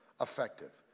effective